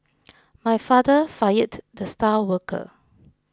my father fired the star worker